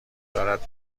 دارد